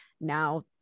now